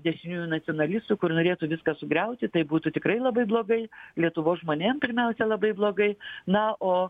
dešiniųjų nacionalistų kur norėtų viską sugriauti tai būtų tikrai labai blogai lietuvos žmonėm pirmiausia labai blogai na o